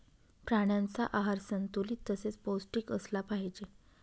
प्राण्यांचा आहार संतुलित तसेच पौष्टिक असला पाहिजे